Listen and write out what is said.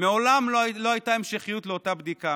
מעולם לא הייתה המשכיות לאותה בדיקה,